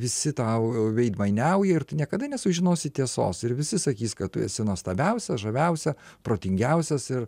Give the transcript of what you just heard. visi tau veidmainiauja ir tu niekada nesužinosi tiesos ir visi sakys kad tu esi nuostabiausia žaviausia protingiausias ir